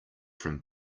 from